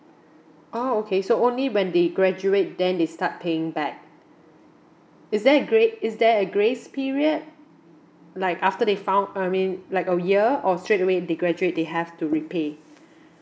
oh okay so only when they graduate then they start paying back is there gra~ is there a grace period like after they found I mean like a year or straight away they graduate they have to repay